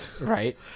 right